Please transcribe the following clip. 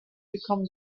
become